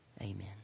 Amen